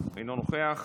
אינו נוכח,